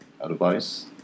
advice